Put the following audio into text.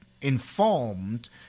informed